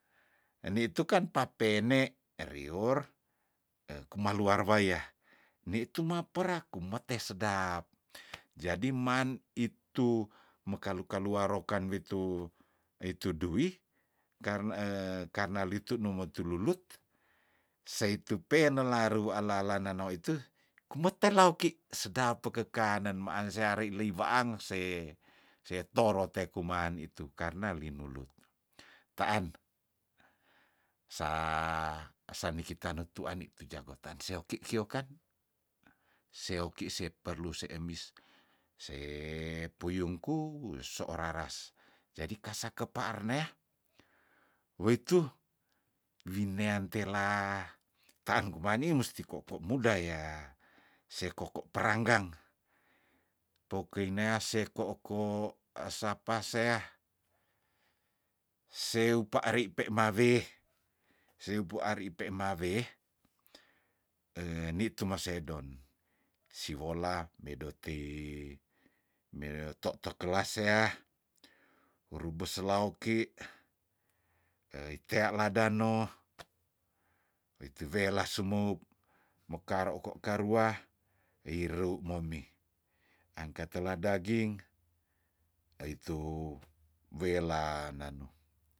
Nditu kan papene rior ekuma luar waya nitu mapera kumete sedap jadi man itu mekalu kaluar roken witu witu duwi karna e karna litu nemo tululut seitu penela ru ala- ala nano itu kumetelaoki sedap pekekanen maan seari lei weang se se torot te kuman itu karna linulut taan sa esani kita nutuan itu jago tan seoki kiokan seoki se perlu se emis se puyungku so raras jadi kasa kepaar nea weitu winean tela taan kuman ni musti koko mudah yah se koko peranggang pokei nea se koko esapa seah seupari pe mawe seupu ari pe mawe nitu mosedon siwola medo tei medo totokelas sea orubes lah oki eitea ladano witu wela sumup mekaro kwa karua wireu ngomi angka tela daging eitu wela nano